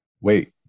wait